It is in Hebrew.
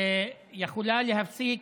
יכולה להפסיק,